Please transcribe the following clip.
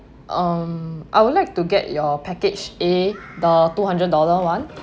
um I would like to get your package A the two hundred dollar [one]